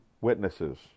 witnesses